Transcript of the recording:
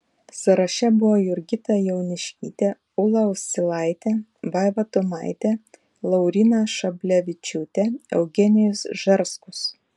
sąraše buvo jurgita jauniškytė ūla uscilaitė vaiva tumaitė lauryna šablevičiūtė eugenijus žarskus